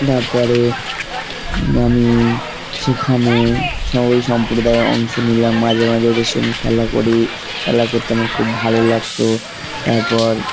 তারপরে আমি সেখানে সবই সম্প্রদায় অংশ নিলাম মাঝে মাঝে ওদের সে আমি খেলা করি খেলা করতে আমার খুব ভালো লাগতো তারপর